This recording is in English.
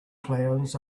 clowns